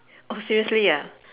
oh seriously {ah]